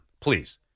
please